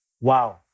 Wow